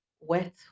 wet